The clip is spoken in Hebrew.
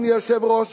אדוני היושב-ראש,